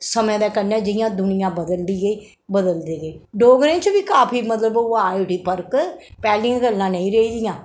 समें दे कन्नै जि'यां दुनियां बदलदी गेई बदलदी गेई डोगरें च बी काफी मतलब ओह् आए दा फर्क पैह्लियां गल्लां नेईं रेह्दियां